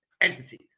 entity